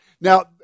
now